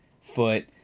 foot